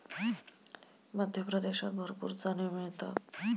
मध्य प्रदेशात भरपूर चणे मिळतात